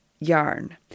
Yarn